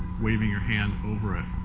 waving your hand over it.